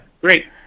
great